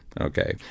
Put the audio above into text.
Okay